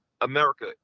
america